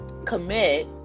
Commit